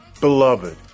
Beloved